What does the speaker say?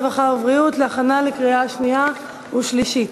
הרווחה והבריאות להכנה לקריאה שנייה ושלישית.